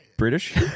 British